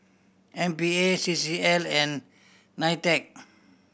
M P A C C L and NITEC